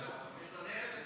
ההצעה להעביר את